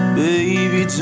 baby